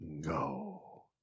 Go